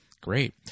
great